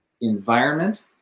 environment